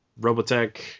Robotech